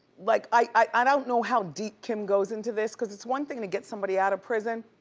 like i don't know how deep kim goes into this cause it's one thing to get somebody outta prison,